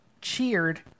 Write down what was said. cheered